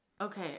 Okay